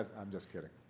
ah i'm just kidding.